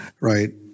right